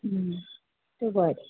बरें